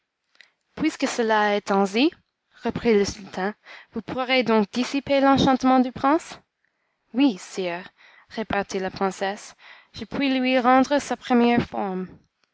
puisque cela est ainsi reprit le sultan vous pourrez donc dissiper l'enchantement du prince oui sire repartit la princesse je puis lui rendre sa première forme